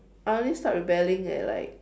I only start rebelling at like